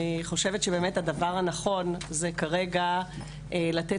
אני חושבת שבאמת הדבר הנכון זה כרגע לתת